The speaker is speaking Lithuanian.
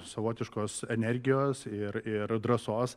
savotiškos energijos ir ir drąsos